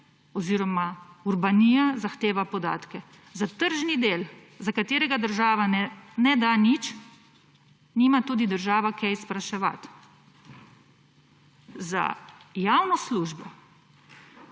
oziroma Urbanija zahteva podatke. Za tržni del, za katerega država ne da nič, nima tudi država kaj spraševati. Za javno službo